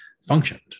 functioned